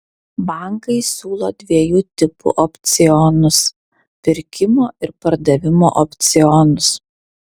bankai siūlo dviejų tipų opcionus pirkimo ir pardavimo opcionus